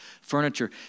furniture